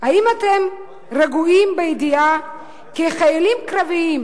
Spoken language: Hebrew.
האם אתם רגועים בידיעה כי חיילים קרביים,